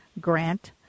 grant